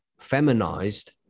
feminized